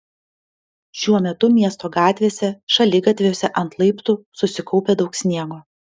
šiuo metu miesto gatvėse šaligatviuose ant laiptų susikaupę daug sniego